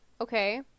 okay